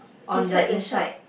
on the inside